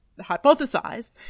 hypothesized